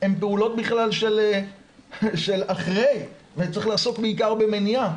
הן פעולות של אחרי וצריך לעסוק בעיקר במניעה,